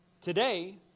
Today